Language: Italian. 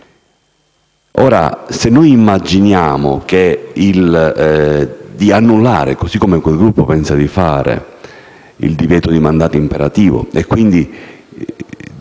Se noi immaginassimo di annullare - così come quel Gruppo pensa di fare - il divieto di mandato imperativo e quindi